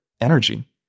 energy